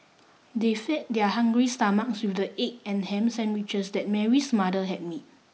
they fed their hungry stomachs with the egg and ham sandwiches that Mary's mother had made